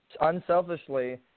unselfishly